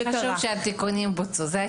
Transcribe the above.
הדבר הכי החשוב הוא שהתיקונים בוצעו.